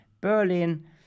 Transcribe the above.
Berlin